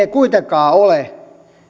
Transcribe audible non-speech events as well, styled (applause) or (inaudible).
(unintelligible) kuitenkaan ole ollut